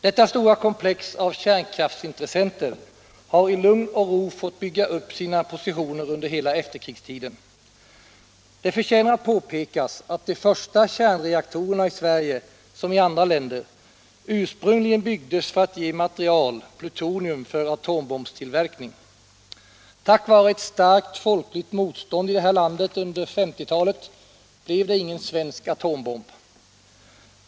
Det stora komplexet av kärnkraftsintressenter har under hela efterkrigstiden i lugn och ro fått bygga upp sina positioner. Det förtjänar att påpekas att de första kärnreaktorerna i Sverige liksom i andra länder ursprungligen byggdes för att ge material, plutonium, för atombombstillverkning. Tack vare ett starkt folkligt motstånd i vårt land under 1950-talet blev det ingen svensk atombomb.